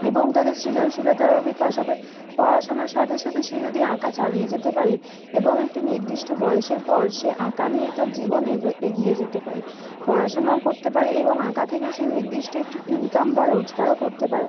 এবং তাদের সৃজনশীলতারও বিকাশ হবে পড়াশোনার সাথে সাথে সে যদি আঁকা চালিয়ে যেতে পারে এবং একটি নির্দিষ্ট বয়েসের পর সে আঁকা নিয়ে তার জীবন এগো এগিয়ে যেতে পারে পড়াশোনাও করতে পারে এবং আঁকা থেকে সে নির্দিষ্ট একটি ইনকাম বা রোজগারও করতে পারে